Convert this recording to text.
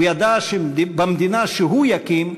הוא ידע שבמדינה שהוא יקים,